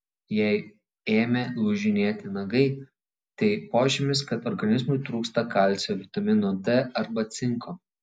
jei ėmė lūžinėti nagai tai požymis kad organizmui trūksta kalcio vitamino d arba cinko